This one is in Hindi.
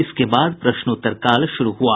इसके बाद प्रश्नोत्तरकाल शुरू हुआ